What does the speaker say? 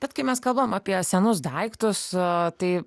bet kai mes kalbam apie senus daiktus tai